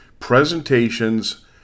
presentations